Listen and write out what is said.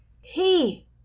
He